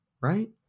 Right